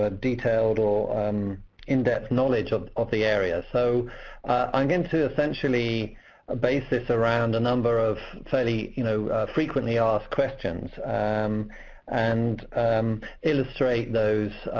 ah detailed or um in-depth knowledge of of the area. so i'm going to essentially ah base this around a number of fairly you know frequently asked questions um and illustrate those,